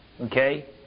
Okay